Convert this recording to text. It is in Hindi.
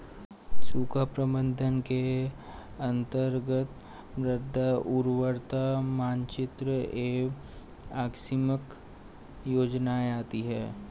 सूखा प्रबंधन के अंतर्गत मृदा उर्वरता मानचित्र एवं आकस्मिक योजनाएं आती है